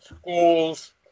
schools